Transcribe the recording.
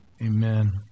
Amen